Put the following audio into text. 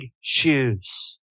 shoes